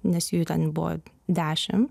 nes jų ten buvo dešim